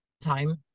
time